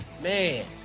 Man